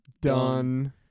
Done